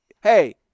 hey